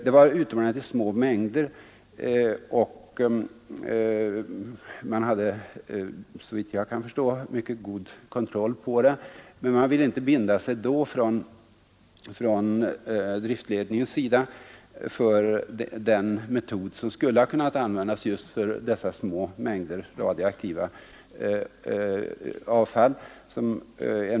Mängderna av sådant avfall var utomordentligt små, och såvitt jag förstår hade man mycket god kontroll över det, men från driftledningens sida ville man då inte binda sig för den metod som jag föreslagit för de små mängder det gällde.